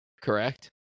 Correct